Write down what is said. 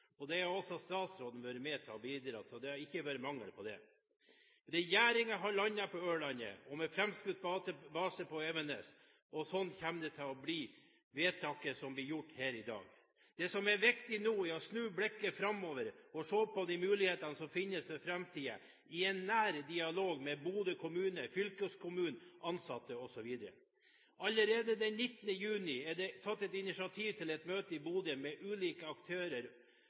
stortingsgruppen. Det har også statsråden vært med på å bidra til, og det har ikke vært mangel på det. Regjeringen har landet på Ørland, og med framskutt base på Evenes, og sånn kommer vedtaket som blir gjort her i dag, til å bli. Det som er viktig nå, er å snu blikket framover og se på de mulighetene som finnes for framtiden, i nær dialog med Bodø kommune, fylkeskommunen, ansatte osv. Allerede den 19. juni er det tatt initiativ til et møte i Bodø med ulike aktører